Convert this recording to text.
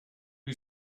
who